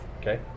Okay